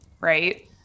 right